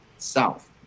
south